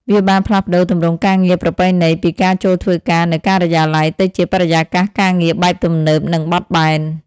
វាបានផ្លាស់ប្តូរទម្រង់ការងារប្រពៃណីពីការចូលធ្វើការនៅការិយាល័យ ទៅជាបរិយាកាសការងារបែបទំនើប និងបត់បែន។